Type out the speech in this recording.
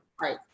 Right